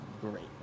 great